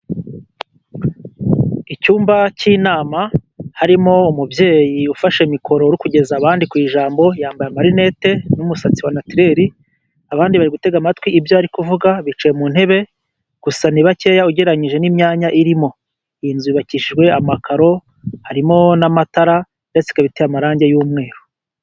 Icyumba cy'inama harimo umubyeyi ufashe mikoro, uri kugeza abandi ho ijambo, yambaye amarinete n'umusatsi wa natireri, abandi bari gutega amatwi ibyo ari kuvuga bicaye mu ntebe, gusa ni bakeya ugereranyije n'imyanya irimo, iyi nzu yubakishijwe amakaro harimo n'amatara, ndetse ikaba iteye irangi ry'umweru.